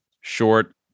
short